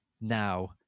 now